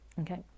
okay